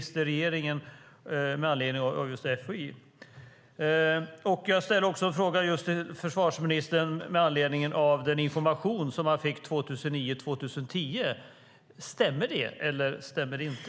Jag ställer också en fråga till försvarsministern med anledning av den information man fick 2009 och 2010: Stämmer det, eller stämmer det inte?